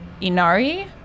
Inari